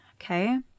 Okay